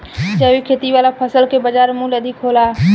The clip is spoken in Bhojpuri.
जैविक खेती वाला फसल के बाजार मूल्य अधिक होला